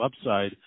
upside